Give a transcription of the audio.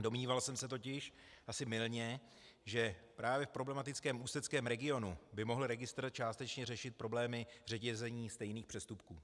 Domníval jsem se totiž asi mylně, že právě v problematickém ústeckém regionu by mohl registr částečně řešit problémy řetězení stejných přestupků.